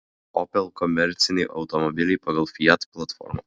opel komerciniai automobiliai pagal fiat platformą